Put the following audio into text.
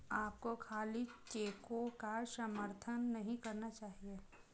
आपको खाली चेकों का समर्थन नहीं करना चाहिए